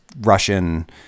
Russian